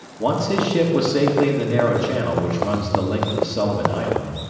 once his ship was safely in the narrow channel which runs the length of sullivan island,